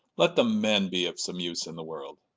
let the men be of some use in the world.